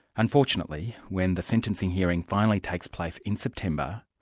unfortunately, when the sentencing hearing finally takes place in september,